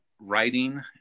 writing